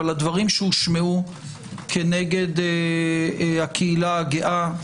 אבל הדברים שהושמעו כנגד הקהילה הגאה,